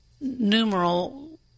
numeral